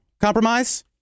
compromise